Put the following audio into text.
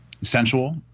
sensual